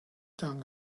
down